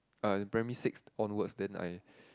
uh in primary six onwards then I